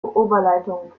oberleitung